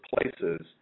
places